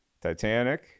Titanic